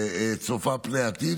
צופה פני עתיד.